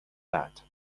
بعد